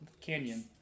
Canyon